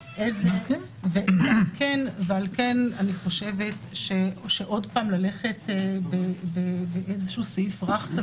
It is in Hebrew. על כן אני חושבת שעוד פעם ללכת לאיזשהו סעיף רך,